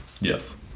Yes